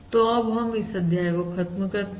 तो अब हम इस अध्याय खत्म करते हैं